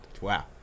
Wow